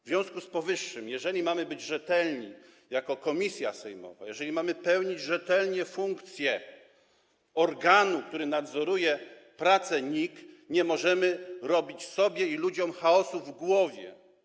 W związku z powyższym, jeżeli mamy być rzetelni jako komisja sejmowa, jeżeli mamy pełnić rzetelnie funkcję organu, który nadzoruje pracę NIK, nie możemy robić, wprowadzać sobie i ludziom chaosu w głowach.